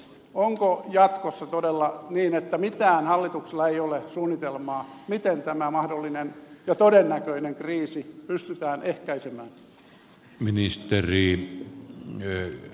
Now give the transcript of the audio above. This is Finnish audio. onko jatkossa todella niin että hallituksella ei ole mitään suunnitelmaa miten tämä mahdollinen ja todennäköinen kriisi pystytään ehkäisemään